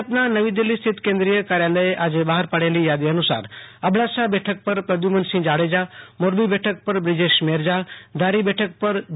ભાજપના નવી દિલ્હી સ્થિત કેન્દ્રીય કાર્યાલયે આજ બહાર પાડેલી યાદી અનુસાર અબડાસા બે ઠક પર પ્રદયુમનસિંહ જાડેજા મોરબી બેઠક પર બ્રીજેશ મેરજા ધારી બઠક પર જે